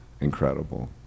incredible